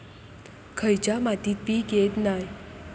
खयच्या मातीत पीक येत नाय?